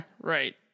Right